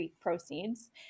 proceeds